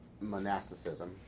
monasticism